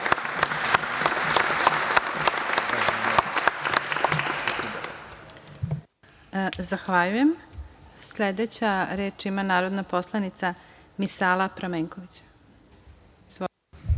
Zahvaljujem. Sledeća reč ima narodna poslanica Misala Pramenković. Izvolite.